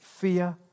fear